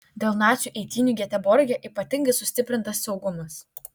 dėl nacių eitynių geteborge ypatingai sustiprintas saugumas